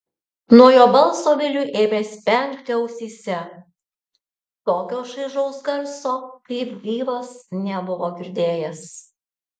nuo jo balso viliui ėmė spengti ausyse tokio šaižaus garso kaip gyvas nebuvo girdėjęs